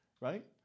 right